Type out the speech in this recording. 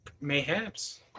Mayhaps